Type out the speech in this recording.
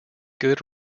good